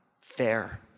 fair